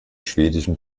schwedischen